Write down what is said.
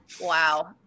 Wow